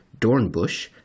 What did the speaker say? Dornbusch